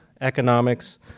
economics